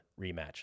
rematch